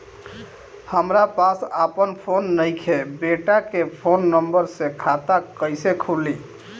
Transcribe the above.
हमरा पास आपन फोन नईखे बेटा के फोन नंबर से खाता कइसे खुली?